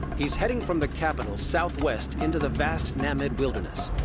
he's heading from the capital southwest into the vast namib wilderness.